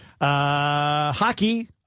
Hockey